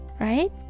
right